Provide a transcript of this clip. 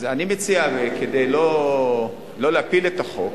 אז אני מציע, כדי שלא להפיל את החוק,